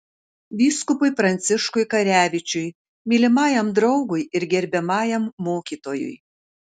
vyskupui pranciškui karevičiui mylimajam draugui ir gerbiamajam mokytojui